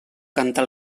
canta